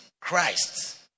Christ